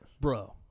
bro